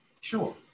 sure